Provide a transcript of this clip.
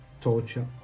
torture